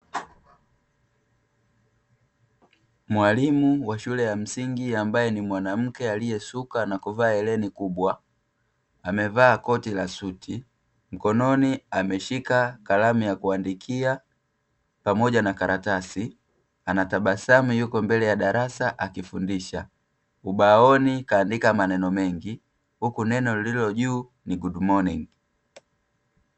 Mwalimu wa shule ya msingi ambae ni mwanamke alie suka na kuvaa hereni kubwa amevaa koti la suti, mkononi ameshika karamu ya kuandikia pamoja na karatasi akitabasamu yupo mbele ya darasa akifundisha, ubaoni kaandika maneno mengi huku neno lililo juu ni "good morning".